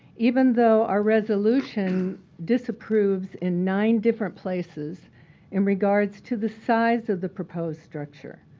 even though our resolution disapproves in nine different places in regards to the size of the proposed structure.